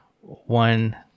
one